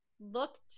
looked